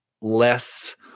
less